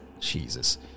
Jesus